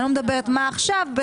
אני לא מדברת על מה שקורה עכשיו.